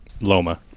Loma